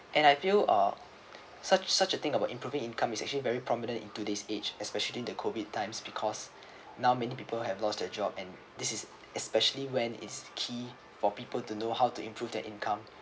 and I feel uh such such a thing about improving income is actually very prominent in today's age especially the COVID times because now many people have lost their job and this is especially when is key for people to know how to improve their income